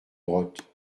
brottes